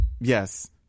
Yes